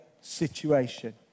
situation